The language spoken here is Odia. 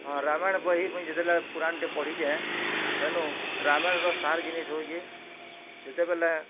ହଁ ରାମାୟଣ ବହି ମୁଇଁ ଯେତେବେଲେ ପୁରାଣଟେ ପଢ଼ି ଯାଏ ସେନୁ ରାମାୟଣର ସାର୍ ଜିନିଷ୍ ହେଉଛି ଯେତେବେଲେ